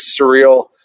surreal